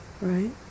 Right